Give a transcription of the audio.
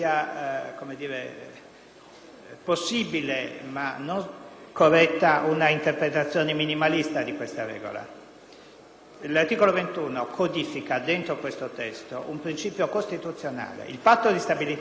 possibile, ma non corretta, un'interpretazione minimalista di questa regola. L'articolo 21 codifica dentro questo testo un principio costituzionale. Il Patto di stabilità e crescita non è un pezzo a